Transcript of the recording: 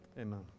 Amen